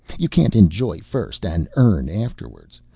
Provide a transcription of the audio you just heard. you can't enjoy first and earn afterwards.